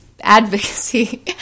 advocacy